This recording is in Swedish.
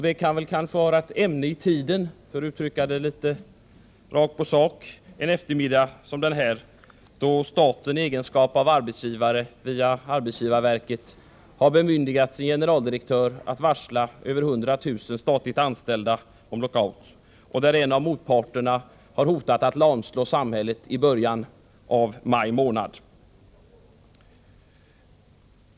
Det kanske kan vara ett ämne i tiden, för att uttrycka det litet rakt på sak en eftermiddag som denna, då staten i egenskap av arbetsgivare via arbetsgivarverket har bemyndigat sin generaldirektör att varsla över 100 000 statligt anställda om lockout och då en av motparterna har hotat att lamslå samhället i början av maj månad.